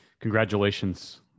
Congratulations